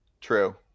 True